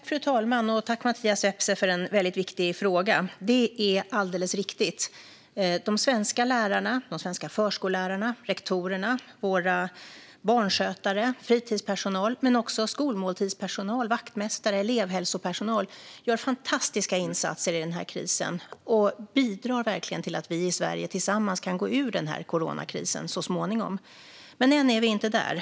Fru talman! Tack, Mattias Vepsä, för en väldigt viktig fråga! Det är alldeles riktigt. De svenska lärarna, förskollärarna och rektorerna, våra barnskötare och vår fritidspersonal men också skolmåltidspersonal, vaktmästare och elevhälsopersonal gör fantastiska insatser i coronakrisen och bidrar verkligen till att vi i Sverige tillsammans så småningom kan ta oss ur den. Men ännu är vi inte där.